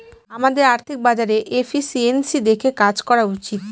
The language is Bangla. আমাদের আর্থিক বাজারে এফিসিয়েন্সি দেখে কাজ করা উচিত